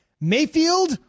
Mayfield